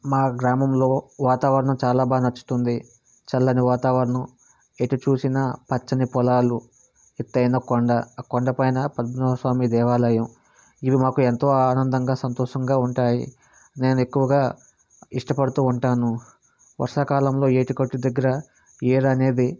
మా గ్రామంలో వాతావరణం చాలా బాగా నచ్చుతుంది చల్లని వాతావరణం ఎటు చూసినా పచ్చని పొలాలు ఎత్తైన కొండ ఆ కొండపైన పద్మనాభ స్వామి దేవాలయం ఇవి మాకు ఎంతో ఆనందంగా సంతోషంగా ఉంటాయి నేను ఎక్కువగా ఇష్టపడుతూ ఉంటాను వర్షాకాలంలో ఏటిగట్టు దగ్గర ఏరు అనేది